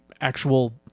actual